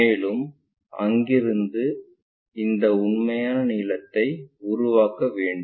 மேலும் அங்கிருந்து இந்த உண்மையான நீளத்தை உருவாக்க வேண்டும்